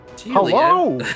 Hello